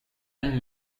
and